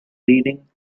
reading